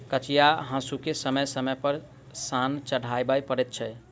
कचिया हासूकेँ समय समय पर सान चढ़बय पड़ैत छै